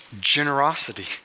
generosity